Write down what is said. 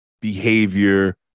behavior